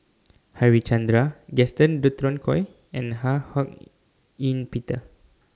Harichandra Gaston Dutronquoy and Ho Hak Ean Peter